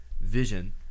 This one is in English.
vision